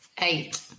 Eight